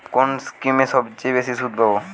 কোন স্কিমে সবচেয়ে বেশি সুদ পাব?